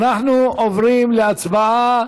אנחנו עוברים להצבעה